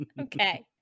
okay